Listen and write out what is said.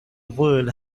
world